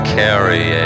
carry